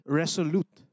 resolute